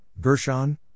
Gershon